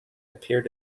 appeared